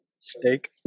Steak